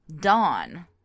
Dawn